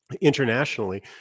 internationally